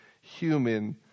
human